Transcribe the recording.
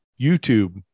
YouTube